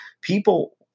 people